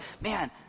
man